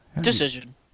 decision